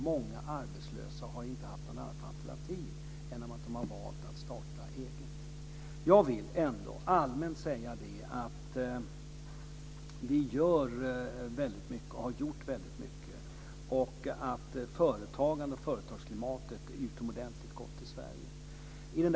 Många arbetslösa har inte haft något annat alternativ än att starta eget. Jag vill ändå allmänt säga att vi gör och har gjort väldigt mycket. Företagandet och företagsklimatet är utomordentligt gott i Sverige.